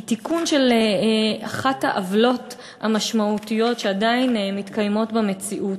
היא תיקון של אחת העוולות המשמעותיות שעדיין מתקיימות במציאות.